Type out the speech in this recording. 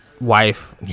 wife